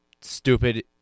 stupid